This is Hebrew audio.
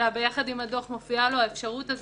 אלא יחד עם הדוח מופיעה לו האפשרות הזאת.